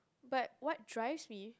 but what drives me